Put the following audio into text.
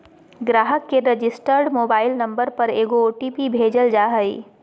ग्राहक के registered mobile number पर एगो ओ.टी.पी भेजल जा हइ